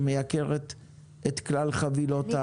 שמייקרת את כלל חבילות הערוצים.